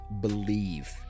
believe